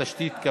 הצעת החוק